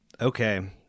okay